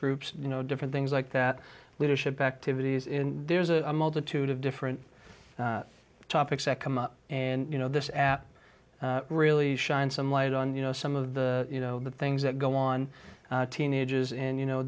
groups you know different things like that leadership activities in there's a multitude of different topics that come up and you know this app really shine some light on you know some of the you know the things that go on teenagers and you know